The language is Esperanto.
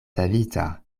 savita